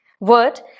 Word